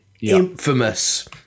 infamous